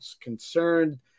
concerned